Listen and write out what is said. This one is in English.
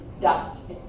dust